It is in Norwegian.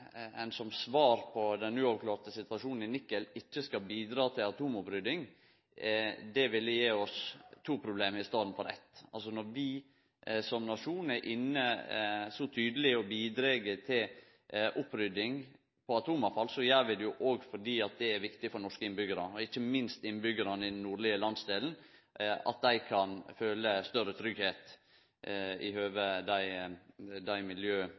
at ein som svar på den uavklarte situasjonen i Nikel ikkje skal bidra til atomopprydding, ville gje oss to problem i staden for eitt. Når vi som nasjon er inne så tydeleg og bidreg til opprydding av atomavfall, gjer vi det òg fordi det er viktig for norske innbyggjarar – ikkje minst innbyggjarane i den nordlege landsdelen – at dei kan føle større